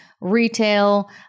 retail